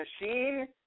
Machine